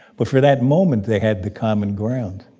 but for that moment, they had the common ground